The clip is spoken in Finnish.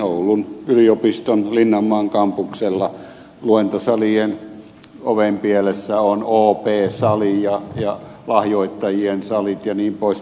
oulun yliopiston linnanmaan kampuksella luentosalien ovenpielessä on op sali ja lahjoittajien salit jnp